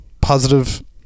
positive